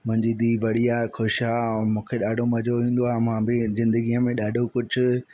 मुंहिंजी धीउ बढ़िया ख़ुशि आहे ऐं मुखे ॾाढो मज़ो ईंदो आहे मां बि जिंदगीअ में ॾाढो कुझु